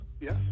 Yes